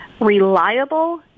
Reliable